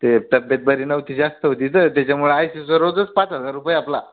ते तब्येत बरी नव्हती जास्त होती तर त्याच्यामुळे आय सी यूचं रोजच पाच हजार रुपये आपला